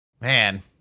man